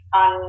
on